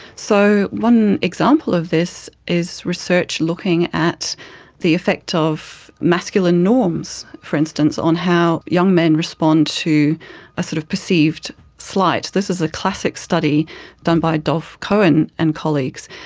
so one example of this is research looking at the effect of masculine norms, for instance, on how young men respond to a sort of perceived slight. this is a classic study done by dov cohen and colleagues,